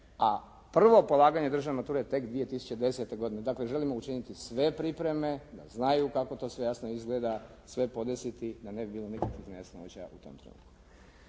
a prvo polaganje državne mature je tek 2010. godine. Dakle, želimo učiniti sve pripreme da znaju kako to sve jasno izgleda, sve podesiti da ne bi bilo nikakvih nejasnoća u tom trenutku.